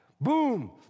Boom